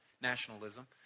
nationalism